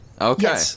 Okay